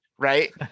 Right